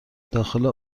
داخل